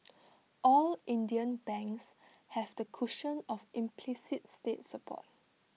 all Indian banks have the cushion of implicit state support